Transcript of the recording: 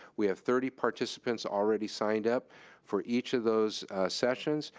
we have thirty participants already signed up for each of those sessions,